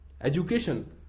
Education